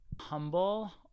humble